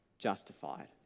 justified